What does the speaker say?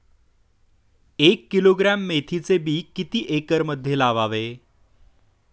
एक किलोग्रॅम मेथीचे बी किती एकरमध्ये लावावे?